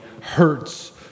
hurts